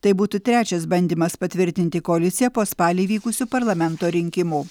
tai būtų trečias bandymas patvirtinti koaliciją po spalį vykusių parlamento rinkimų